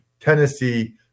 Tennessee